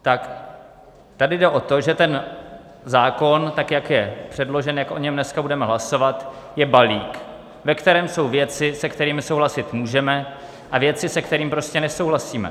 Tak tady jde o to, že ten zákon, jak je předložen, jak o něm dneska budeme hlasovat, je balík, ve kterém jsou věci, se kterými souhlasit můžeme, a věci, se kterými prostě nesouhlasíme.